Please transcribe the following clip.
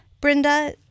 Brenda